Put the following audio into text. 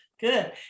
good